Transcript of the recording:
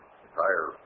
entire